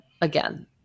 again